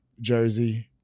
Jersey